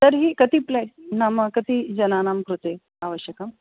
तर्हि कति प्लेट् नाम कति जनानां कृते आवश्यकम्